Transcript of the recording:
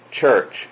church